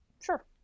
sure